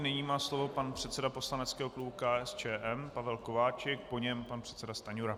Nyní má slovo pan předseda poslaneckého klubu KSČM Pavel Kováčik, po něm pan předseda Stanjura.